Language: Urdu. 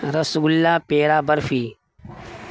رس گلا پیڑا برفی